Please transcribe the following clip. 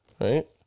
right